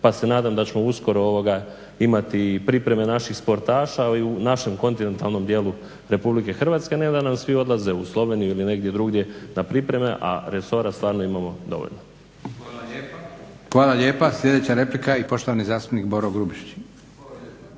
pa se nadam da ćemo uskoro imati i pripreme naših sportaša u našem kontinentalnom dijelu Republike Hrvatske, ne da nam svi odlaze u Sloveniju ili negdje drugdje na pripreme, a resora stvarno imamo dovoljno. **Leko, Josip (SDP)** Hvala lijepa. Sljedeća replika i poštovani zastupnik Boro Grubišić.